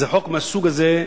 זה חוק מהסוג הזה,